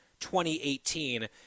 2018